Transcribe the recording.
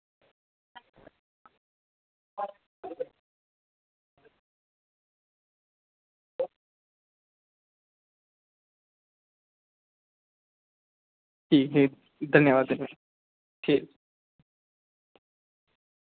ठीक ऐ धन्यबाद ठीक ऐ